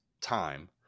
time